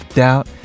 doubt